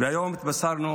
והיום התבשרנו